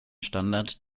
standard